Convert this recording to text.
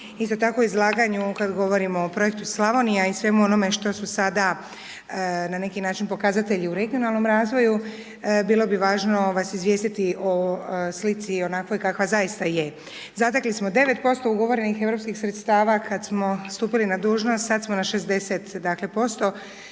isto tako izlaganju. Kad govorimo o Projektu Slavonija i svemu onome što su sada na neki način pokazatelji u regionalnom razvoju bilo bi važno vas izvijestiti o slici onakvoj kakva zaista je. Zatekli smo 9% ugovorenih europskih sredstava kad smo stupili na dužnost, sad smo na 60%